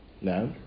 Now